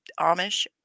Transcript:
Amish